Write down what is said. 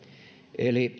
eli